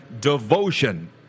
Devotion